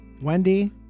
Wendy